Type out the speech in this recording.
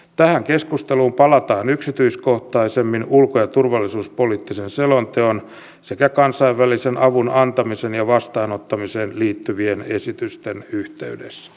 tähän keskusteluun palataan yksityiskohtaisemmin ulko ja turvallisuuspoliittisen selonteon sekä kansainvälisen avun antamiseen ja vastaanottamiseen liittyvien esitysten yhteydessä